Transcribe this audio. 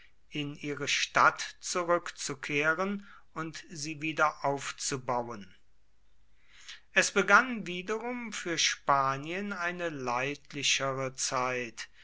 in ihre stadt zurückzukehren und sie wiederaufzubauen es begann wiederum für spanien eine leidlichere zeit